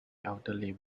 elderly